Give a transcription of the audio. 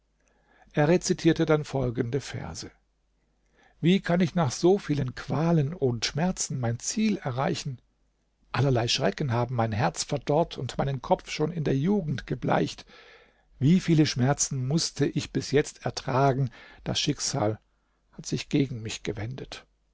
er rezitierte dann folgende verse wie kann ich nach so vielen qualen und schmerzen mein ziel erreichen allerlei schrecken haben mein herz verdorrt und meinen kopf schon in der jugend gebleicht wie viele schmerzen mußte ich bis jetzt ertragen das schicksal hat sich gegen mich gewendet